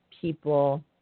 people